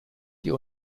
die